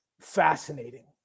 fascinating